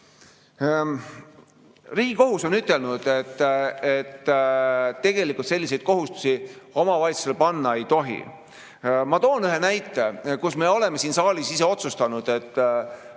Riigikohus on ütelnud, et tegelikult selliseid kohustusi omavalitsustele panna ei tohi. Ma toon ühe näite selle kohta, kui me oleme siin saalis ise otsustanud, et